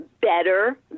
better